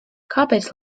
kāpēc